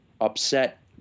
upset